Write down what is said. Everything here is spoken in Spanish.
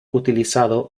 utilizado